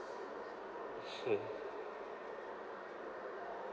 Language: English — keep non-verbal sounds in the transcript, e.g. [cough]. [laughs]